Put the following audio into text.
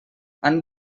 han